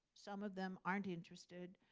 some of them aren't interested.